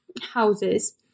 houses